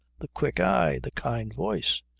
the quick eye, the kind voice.